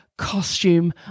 costume